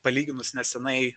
palyginus nesenai